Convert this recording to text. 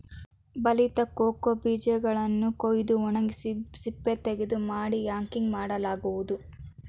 ಬಲಿತ ಕೋಕೋ ಬೀಜಗಳನ್ನು ಕುಯ್ದು ಒಣಗಿಸಿ ಸಿಪ್ಪೆತೆಗೆದು ಮಾಡಿ ಯಾಕಿಂಗ್ ಮಾಡಲಾಗುವುದು